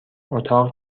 اتاق